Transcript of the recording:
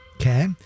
Okay